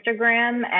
Instagram